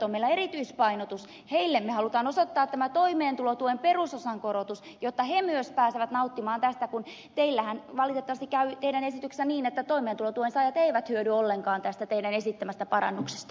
heille me haluamme osoittaa tämän toimeentulotuen perusosan korotuksen jotta he myös pääsevät nauttimaan tästä kun valitettavasti teidän esityksessänne käy niin että toimeentulotuen saajat eivät hyödy ollenkaan tästä teidän esittämästänne parannuksesta